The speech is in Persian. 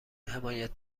حمایت